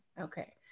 okay